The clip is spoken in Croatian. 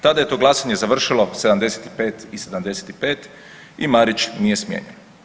Tada je to glasanje završilo 75 i 75 i Marić nije smijenjen.